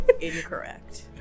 incorrect